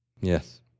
yes